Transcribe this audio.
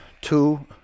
two